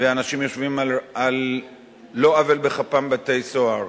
ואנשים יושבים על לא עוול בכפם בבתי-סוהר,